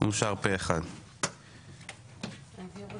הצבעה אושר.